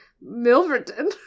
Milverton